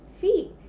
feet